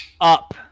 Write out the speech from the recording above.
up